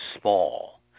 small